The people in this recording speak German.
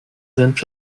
senf